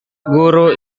guru